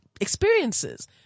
experiences